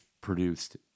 produced